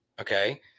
Okay